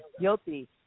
guilty